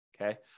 Okay